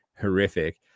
horrific